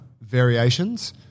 variations